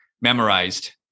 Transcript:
memorized